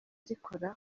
rikora